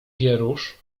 wierusz